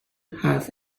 have